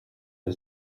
ati